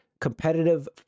competitive